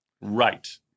Right